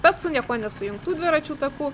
bet su niekuo nesujungtų dviračių takų